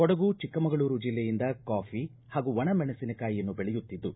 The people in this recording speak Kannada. ಕೊಡಗು ಚಿಕ್ಕಮಗಳೂರು ಜಿಲ್ಲೆಯಿಂದ ಕಾಫಿ ಹಾಗೂ ಒಣಮೆಣಿಸಿಕಾಯಿಯನ್ನು ಬೆಳೆಯುತ್ತಿದ್ದು